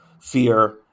fear